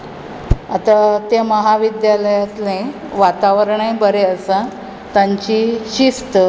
आतां त्या महाविद्यालयांतलें वातावरणय बरें आसा तांची शिस्त